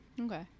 Okay